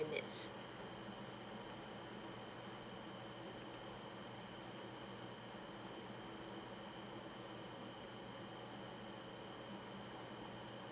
in it